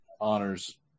honors